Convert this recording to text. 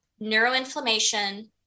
neuroinflammation